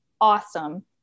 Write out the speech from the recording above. awesome